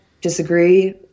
disagree